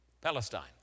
Palestine